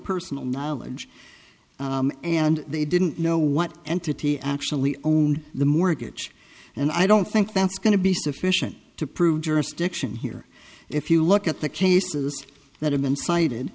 personal knowledge and they didn't know what entity actually own the mortgage and i don't think that's going to be sufficient to prove jurisdiction here if you look at the cases that have been cited